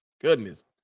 Goodness